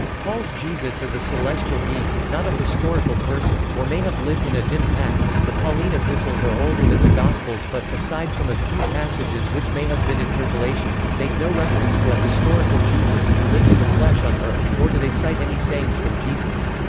paul's jesus is a celestial being, not a historical person, or may have lived in a dim past the pauline epistles are older than the gospels but, aside from a few passages which may have been interpolations, make no reference to a historical jesus who lived in the flesh on earth, nor do they cite any sayings from jesus.